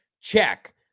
Check